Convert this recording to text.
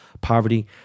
poverty